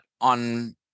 on